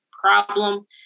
problem